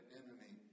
enemy